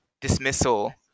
dismissal